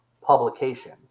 publication